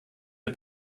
der